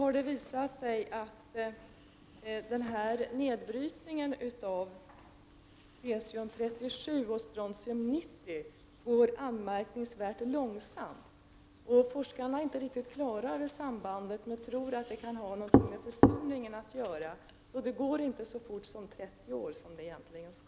Det har visat sig att nedbrytningen av cesium 137 och strontium 90 går anmärkningsvärt långsamt. Forskarna är inte riktigt på det klara med sambandet, men tror att det har något med försurningen att göra. Nedbrytningen går alltså långsammare än de 30 år den borde ta.